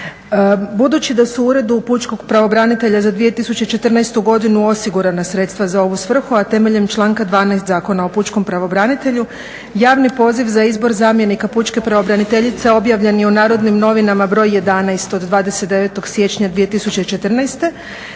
Budući da su Uredu pučkog pravobranitelja za 2014. godinu osigurana sredstva za ovu svrhu, a temeljem članka 12. Zakona o pučkom pravobranitelju, javni poziv za izbor zamjenika pučke pravobraniteljice objavljen je u Narodnim novinama broj 11 od 29. siječnja 2014. na